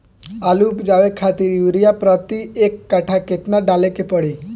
आलू उपजावे खातिर यूरिया प्रति एक कट्ठा केतना डाले के पड़ी?